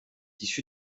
issue